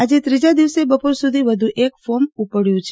આજે ત્રીજા દિવસે બપોર સુધી વધુ એક ફોર્મ ઉપડ્યું છે